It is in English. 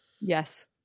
Yes